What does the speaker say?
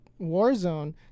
Warzone